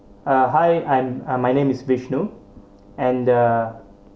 uh hi I'm uh my name is vishnu and the